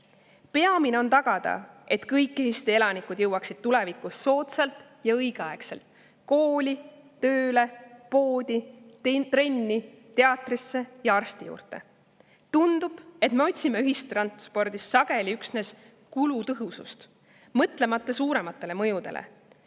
Peamine on tagada, et kõik Eesti elanikud jõuaksid tulevikus soodsalt ja õigel ajal kooli, tööle, poodi, trenni, teatrisse ja arsti juurde. Tundub, et me otsime ühistranspordist sageli üksnes kulutõhusust, mõtlemata suuremale mõjule.